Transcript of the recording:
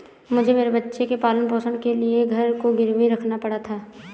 मुझे मेरे बच्चे के पालन पोषण के लिए घर को गिरवी रखना पड़ा था